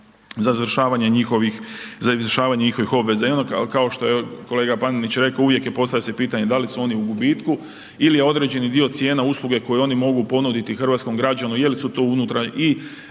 za izvršavanje njihovih obveza. I ono kao što je kolega Panenić rekao, uvijek i postavlja se pitanje da li su oni u gubitku ili je određeni dio cijena, usluge koji oni mogu ponuditi hrvatskom građaninu, je li su tu unutra i